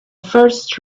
first